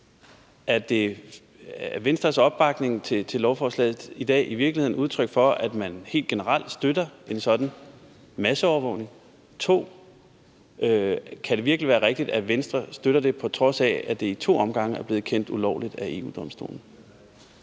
Er Venstres opbakning til lovforslaget i dag i virkeligheden udtryk for, at man helt generelt støtter en sådan masseovervågning? 2: Kan det virkelig være rigtigt, at Venstre støtter det, på trods af at det i to omgange er blevet kendt ulovligt af EU-Domstolen?